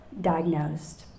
diagnosed